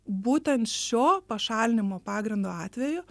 būtent šio pašalinimo pagrindo atveju